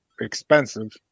expensive